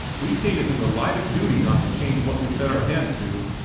we seen it in the light of duty not to change what we'd set our hands to.